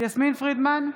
יסמין פרידמן,